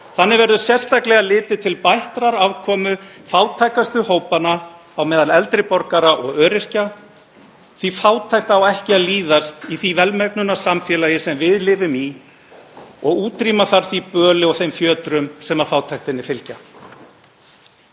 Þannig verður sérstaklega litið til bættrar afkomu fátækustu hópanna á meðal eldri borgara og öryrkja því að fátækt á ekki að líðast í því velmegunarsamfélagi sem við lifum í og útrýma þarf því böli og þeim fjötrum sem fátæktinni fylgja.